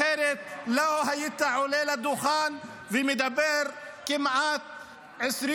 אחרת לא היית עולה לדוכן ומדבר כמעט 20